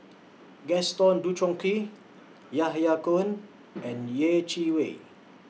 Gaston Dutronquoy Yahya Cohen and Yeh Chi Wei